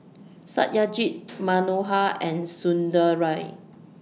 Satyajit Manohar and Sunderlal